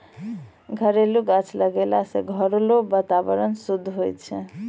घरेलू गाछ लगैलो से घर रो वातावरण शुद्ध हुवै छै